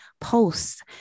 posts